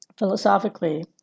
Philosophically